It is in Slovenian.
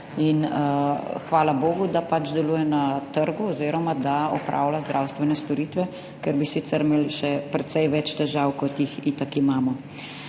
in hvala bogu, da pač deluje na trgu oziroma da opravlja zdravstvene storitve, ker bi sicer imeli še precej več težav, kot jih itak imamo.